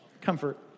Comfort